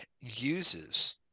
uses